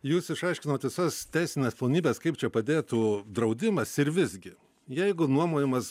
jūs išaiškinot visas teisines plonybes kaip čia padėtų draudimas ir visgi jeigu nuomojamas